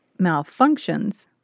malfunctions